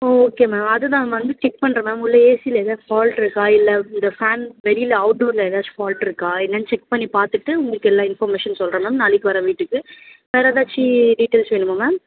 ஓ okay ma'am அதுதான் ma'am வந்து check பண்ணுறேன் மேம் உள்ள ஏசியில எதாவது ஃபால்ட் இருக்கா இல்லை இந்த ஃபேன் வெளியில அவுட்டோர்ல ஏதாச்சும் ஃபால்ட் இருக்கா என்னன்னு செக் பண்ணி பார்த்துட்டு உங்களுக்கு எல்லா இன்ஃபர்மேஷன் சொல்கிறேன் மேம் நாளைக்கு வரேன் வீட்டுக்கு வேற ஏதாச்சி டீடெயில்ஸ் வேணுமா மேம்